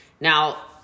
now